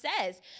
says